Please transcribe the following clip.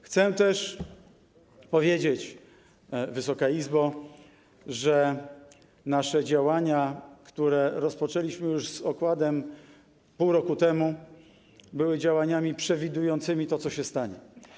Chcę też powiedzieć, Wysoka Izbo, że nasze działania, które rozpoczęliśmy już z okładem pół roku temu, były działaniami przewidującymi to, co się stanie.